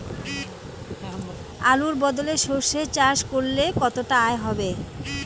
আলুর বদলে সরষে চাষ করলে কতটা আয় হবে?